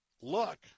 look